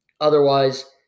Otherwise